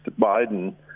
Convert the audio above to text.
Biden